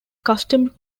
custom